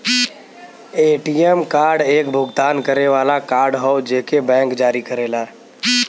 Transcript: ATM card एक भुगतान करे वाला कार्ड हौ जेके बैंक जारी करेला